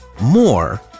More